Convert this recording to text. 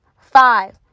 Five